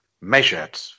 measured